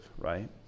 right